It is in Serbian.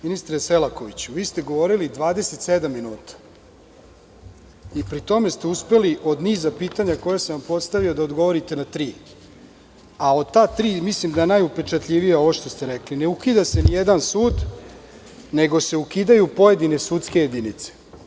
Ministre Selakoviću, vi ste govorili 27 minuta i pri tome ste uspeli od niza pitanja koja sam vam postavio, da odgovorite na tri, a od ta tri mislim da je najupečatljivije ovo što ste rekli – ne ukida se nijedan sud, nego se ukidaju pojedine sudske jedinice.